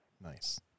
Nice